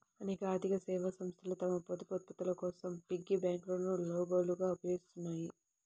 అనేక ఆర్థిక సేవా సంస్థలు తమ పొదుపు ఉత్పత్తుల కోసం పిగ్గీ బ్యాంకులను లోగోలుగా ఉపయోగిస్తాయి